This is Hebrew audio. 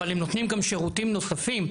אבל הם נותנים גם שירותים נוספים,